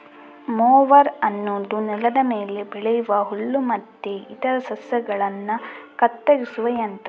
mower ಅನ್ನುದು ನೆಲದ ಮೇಲೆ ಬೆಳೆಯುವ ಹುಲ್ಲು ಮತ್ತೆ ಇತರ ಸಸ್ಯಗಳನ್ನ ಕತ್ತರಿಸುವ ಯಂತ್ರ